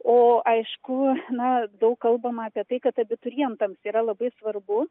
o aišku na daug kalbama apie tai kad abiturientams yra labai svarbu